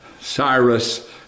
Cyrus